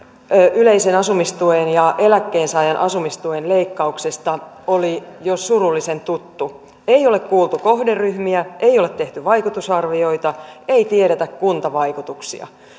yleisen asumistuen ja eläkkeensaajan asumistuen leikkauksista oli jo surullisen tuttu ei ole kuultu kohderyhmiä ei ole tehty vaikutusarvioita ei tiedetä kuntavaikutuksia